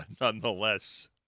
nonetheless